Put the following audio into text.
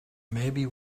maybe